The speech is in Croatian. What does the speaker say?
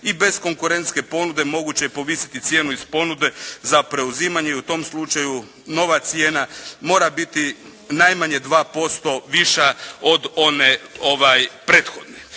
i bez konkurentske ponude moguće je povisiti cijenu iz ponude za preuzimanje i u tom slučaju nova cijena mora biti najmanje 2% viša od one prethodne.